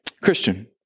Christian